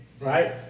right